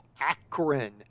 Akron